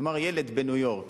נאמר ילד בניו-יורק,